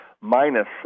minus